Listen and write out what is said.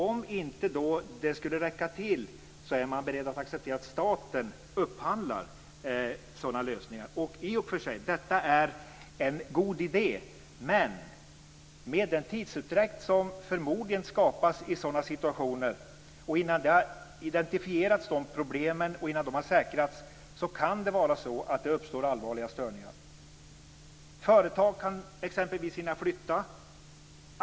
Om inte det skulle räcka till är man beredd att acceptera att staten upphandlar sådana lösningar. I och för sig är detta en god idé. Men med den tidsutdräkt som förmodligen skapas i sådana situationer, innan problemen identifierats och innan de har säkrats, kan det uppstå allvarliga störningar. Företag kan exempelvis hinna flytta.